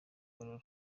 igorora